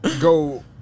Go